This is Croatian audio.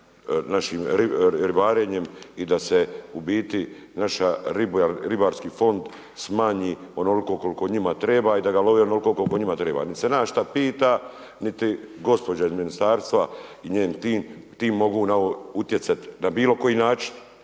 našim ribarenjem i da se u biti naš ribarski fond smanji onoliko koliko njima treba i da ga love onoliko koliko njima treba. Niti se nas šta pita, niti gospođa iz ministarstva i njen tim, tim mogu na ovo utjecat na bilo koji način.